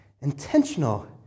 intentional